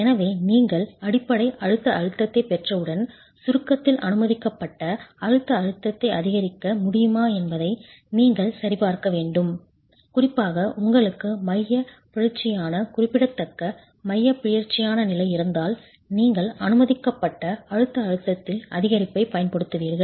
எனவே நீங்கள் அடிப்படை அமுக்க அழுத்தத்தைப் பெற்றவுடன் சுருக்கத்தில் அனுமதிக்கப்பட்ட அழுத்த அழுத்தத்தை அதிகரிக்க முடியுமா என்பதை நீங்கள் சரிபார்க்க வேண்டும் குறிப்பாக உங்களுக்கு மையப் பிறழ்ச்சியானகுறிப்பிடத்தக்க மையப் பிறழ்ச்சியானநிலை இருந்தால் நீங்கள் அனுமதிக்கப்பட்ட அழுத்த அழுத்தத்தில் அதிகரிப்பைப் பயன்படுத்துவீர்கள்